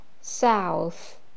South